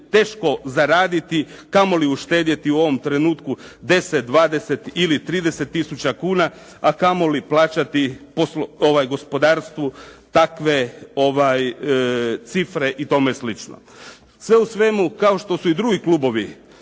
teško zaraditi a kamoli uštedjeti u ovom trenutku 10, 20 ili 30 tisuća kuna a kamoli plaćati gospodarstvu takve cifre i tome slično. Sve u svemu kao što su i drugi klubovi